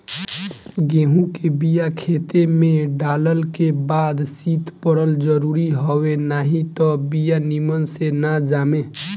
गेंहू के बिया खेते में डालल के बाद शीत पड़ल जरुरी हवे नाही त बिया निमन से ना जामे